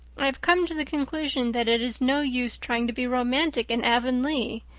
i have come to the conclusion that it is no use trying to be romantic in avonlea.